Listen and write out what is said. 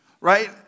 Right